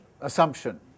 assumption